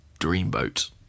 dreamboat